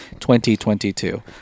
2022